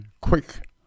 quick